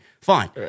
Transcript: Fine